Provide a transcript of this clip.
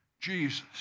Jesus